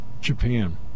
Japan